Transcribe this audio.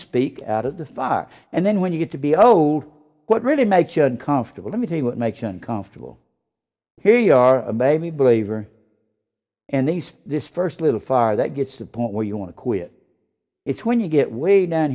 speak out of the fire and then when you get to be old what really makes you uncomfortable let me tell you what makes you uncomfortable here you are a baby believer and they see this first little far that gets the point where you want to quit it's when you get way down